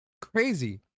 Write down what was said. crazy